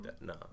No